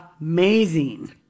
amazing